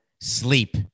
sleep